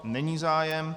Není zájem.